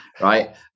right